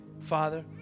father